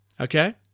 okay